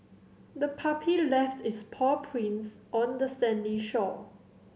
the puppy left its paw prints on the sandy shore